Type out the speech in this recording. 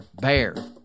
BEAR